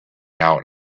out